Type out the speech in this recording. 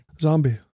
Zombie